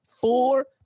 four